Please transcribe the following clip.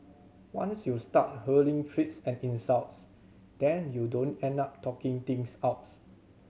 once you start hurling threats and insults then you don't end up talking things outs